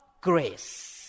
grace